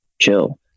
chill